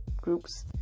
groups